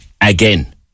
again